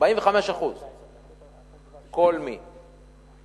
45%. כל מי